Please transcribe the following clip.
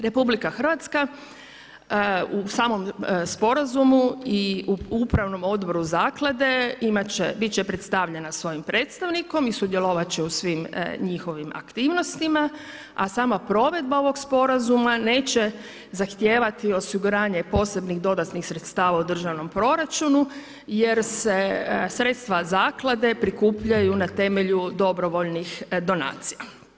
RH u samom sporazumu i u upravnom odboru zaklade biti će predstavljena svojim predstavnikom i sudjelovati će u svim njihovim aktivnostima a sama provedba ovog sporazuma neće zahtijevati osiguranje posebnih dodatnih sredstava u državnom proračunu jer se sredstva zaklade prikupljaju na temelju dobrovoljnih donacija.